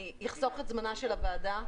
אני אחסוך את זמנה של הוועדה.